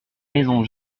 maisons